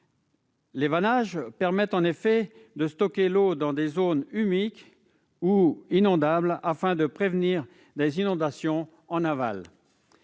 Les vannages permettent, en effet, de stocker l'eau dans des zones humides ou inondables afin de prévenir les inondations en aval.